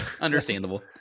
understandable